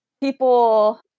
people